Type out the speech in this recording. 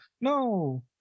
no